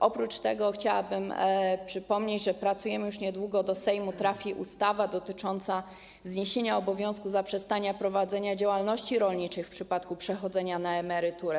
Oprócz tego chciałabym przypomnieć, pracujemy nad tym, że już niedługo do Sejmu trafi ustawa dotycząca zniesienia obowiązku zaprzestania prowadzenia działalności rolniczych w przypadku przechodzenia na emeryturę.